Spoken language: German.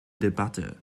debatte